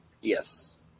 Yes